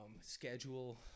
schedule